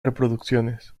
reproducciones